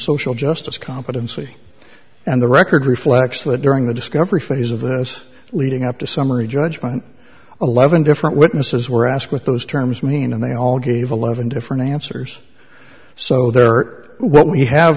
social justice competency and the record reflects that during the discovery phase of this leading up to summary judgment eleven different witnesses were asked what those terms mean and they all gave eleven different answers so there are what we have